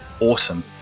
awesome